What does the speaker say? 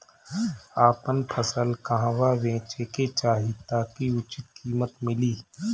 आपन फसल कहवा बेंचे के चाहीं ताकि उचित कीमत मिली?